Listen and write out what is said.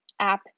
app